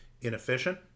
inefficient